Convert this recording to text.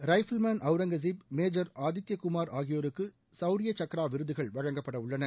rifleman Aurangzeb major Adityakumar ஆகியயோருக்கு சவுரிய சக்ரா விருதுகள் வழங்கப்பட உள்ளன